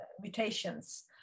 mutations